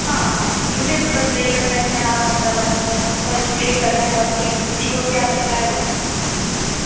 हाँ हाँ मुझे तो बस यही लगता है कि हाँ हम अपना वर्क अपना होनेस्टली कर रहे बाकी किसी को क्या लगता है वो मुझे नहीं पता